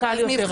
רק קל יותר,